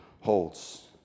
holds